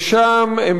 ושם הם,